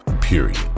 period